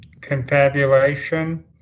confabulation